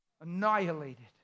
annihilated